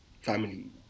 family